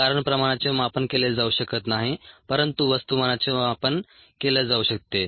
कारण प्रमाणाचे मापन केले जाऊ शकत नाही परंतु वस्तुमानाचे मापन केले जाऊ शकते